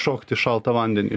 šokt į šaltą vandenį